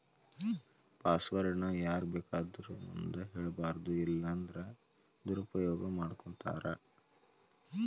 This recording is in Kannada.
ಪಾಸ್ವರ್ಡ್ ನ ಯಾರ್ಬೇಕಾದೊರ್ ಮುಂದ ಹೆಳ್ಬಾರದು ಇಲ್ಲನ್ದ್ರ ದುರುಪಯೊಗ ಮಾಡ್ಕೊತಾರ